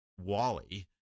Wally